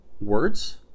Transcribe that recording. words